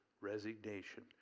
resignation